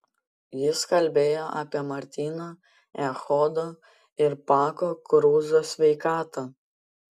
jis kalbėjo apie martyno echodo ir pako kruzo sveikatą